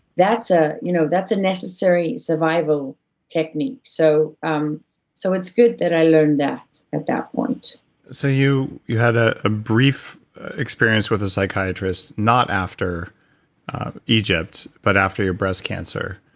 that's ah you know that's a necessary survival technique. so um so it's good that i learned that at that point so you you had ah a brief experience with a psychiatrist, not after egypt, but after your breast cancer,